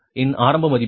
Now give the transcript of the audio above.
இன் ஆரம்ப மதிப்பு